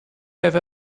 have